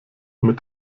mit